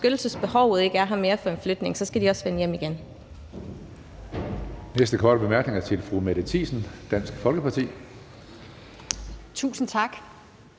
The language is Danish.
beskyttelsesbehovet ikke er her mere for flygtninge, skal de også vende hjem igen.